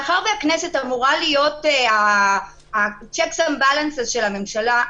מאחר שהכנסת אמורה להיות ה- checks and balancesשל הממשלה,